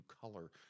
color